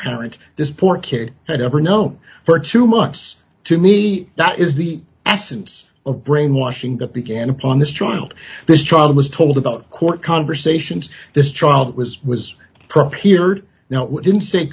parent this poor kid had ever known for two must to me that is the essence of brainwashing that began upon this child this child was told about court conversations this child was was prepared now didn't s